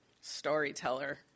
storyteller